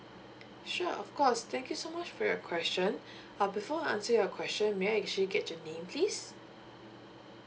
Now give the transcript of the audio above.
sure of course thank you so much for your question uh before I answer your question may I actually get your name please